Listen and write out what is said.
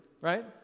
right